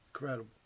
Incredible